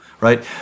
right